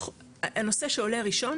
הנושא שעולה הראשון